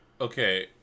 Okay